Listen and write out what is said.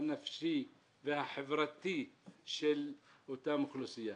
הנפשי והחברתי של אותה אוכלוסייה.